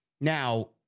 Now